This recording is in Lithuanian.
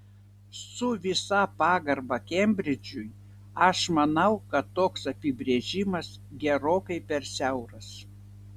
su visa pagarba kembridžui aš manau kad toks apibrėžimas gerokai per siauras